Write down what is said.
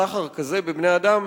סחר כזה בבני-אדם,